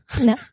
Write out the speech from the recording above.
No